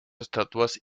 estatuas